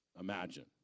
imagine